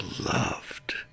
loved